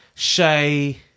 Shay